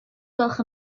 gwelwch